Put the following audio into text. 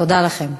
תודה לכם.